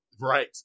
Right